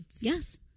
Yes